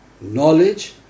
knowledge